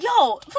yo